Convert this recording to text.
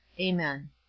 Amen